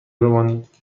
بمانید